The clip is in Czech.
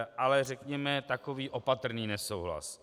Ale řekněme, takový opatrný nesouhlas.